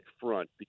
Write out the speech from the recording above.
front